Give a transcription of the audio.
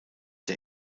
der